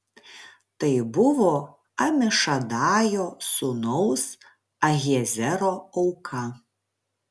tai buvo amišadajo sūnaus ahiezero auka